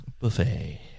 Buffet